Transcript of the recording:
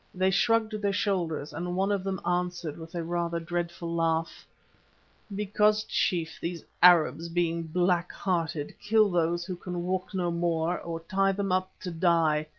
they shrugged their shoulders and one of them answered with a rather dreadful laugh because, chief, these arabs, being black-hearted, kill those who can walk no more, or tie them up to die.